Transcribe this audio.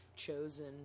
chosen